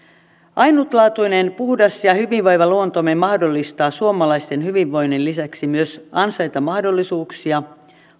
ainutlaatuinen puhdas ja hyvinvoiva luontomme mahdollistaa suomalaisten hyvinvoinnin lisäksi myös ansaintamahdollisuuksia